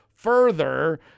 further